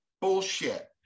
bullshit